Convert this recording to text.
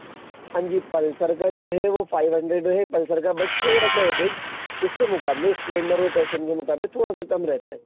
हाँ जी पल्सर का जो है वो फ़ाइव हंड्रेड है पल्सर का बट थोड़ा सा ऐव्रेज इसके मुकाबले स्प्लेंडर और पैशन के मुकाबले थोड़ा सा कम रहता है